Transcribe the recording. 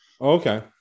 okay